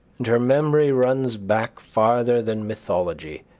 and her memory runs back farther than mythology,